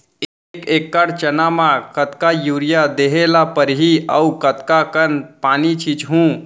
एक एकड़ चना म कतका यूरिया देहे ल परहि अऊ कतका कन पानी छींचहुं?